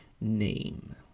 name